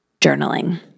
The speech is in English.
journaling